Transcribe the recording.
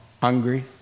hungry